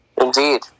Indeed